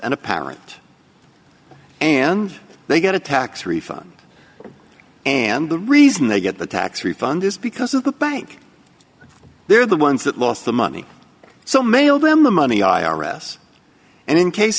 and a parent and they get a tax refund and the reason they get the tax refund is because of the bank they're the ones that lost the money so mail them the money i r s and in case